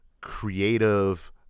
creative